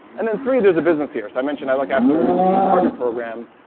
and then three, there's a business here. so i mentioned i look after the partner program.